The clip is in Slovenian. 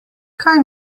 kaj